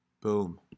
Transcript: Boom